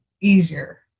easier